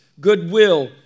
goodwill